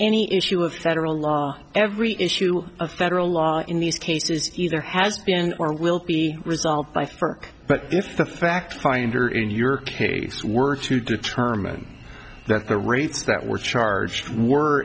any issue of federal law every issue a federal law in these cases either has been or will be resolved by for but if the fact finder in your case were to determine that the rates that were charge